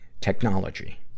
technology